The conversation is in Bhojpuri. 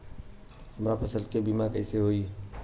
हमरा फसल के बीमा कैसे होई?